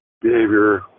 behavior